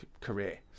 career